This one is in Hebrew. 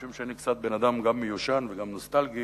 משום שאני אדם קצת מיושן וגם נוסטלגי,